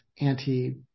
anti